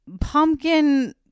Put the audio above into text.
pumpkin